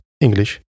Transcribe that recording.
English